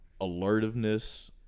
alertiveness